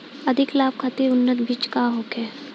अधिक लाभ खातिर उन्नत बीज का होखे?